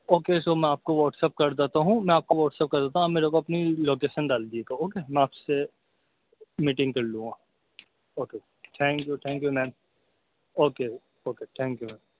okay sir میں آپ کو واٹس اپ کر دیتا ہوں میں آپ کو واٹس اپ کر دیتا ہوں آپ میرے کو اپنی لوکیشن ڈال دیجیے گا اوکے میں آپ سے میٹنگ کر لوں گا okay thank you thank you ma'am okay okay thank you ma'am